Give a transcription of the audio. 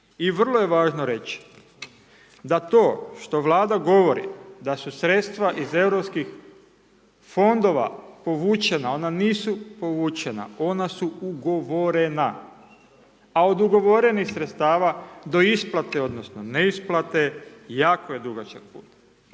I vrlo je važno reći, da to što Vlada govori, da su sredstva iz europskih fondova povučena, ona nisu povučena, ona su ugovorena, a od ugovorenih sredstava do isplate odnosno neisplate, jako je dugačak put.